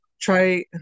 try